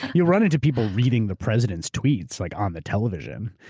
you run into people reading the president's tweets like on the television.